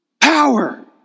power